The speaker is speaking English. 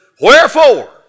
Wherefore